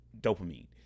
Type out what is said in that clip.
Dopamine